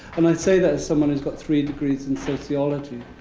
and i say that as someone who's got three degrees in sociology.